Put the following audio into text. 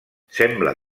sembla